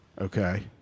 Okay